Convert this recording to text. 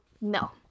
no